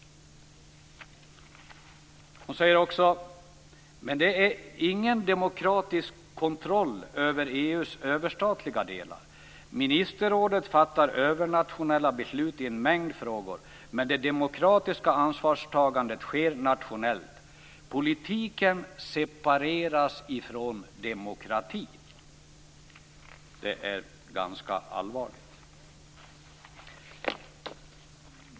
Hon säger att det inte ger någon demokratisk kontroll över EU:s överstatliga delar. Ministerrådet fattar övernationella beslut i en mängd frågor, men det demokratiska ansvarstagandet sker nationellt. Politiken separeras från demokratin. Detta är ganska allvarligt.